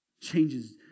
Changes